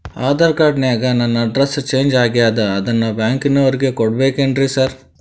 Aadhaar card ನ್ಯಾಗ ನನ್ address change ಆಗ್ಯಾದ ಅದನ್ನ ಬ್ಯಾಂಕಿನೊರಿಗೆ ಕೊಡ್ಬೇಕೇನ್ರಿ ಸಾರ್?